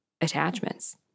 attachments